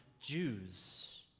Jews